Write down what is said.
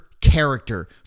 character